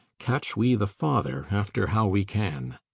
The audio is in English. catch we the father after how we can.